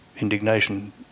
Indignation